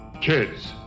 Kids